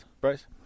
Bryce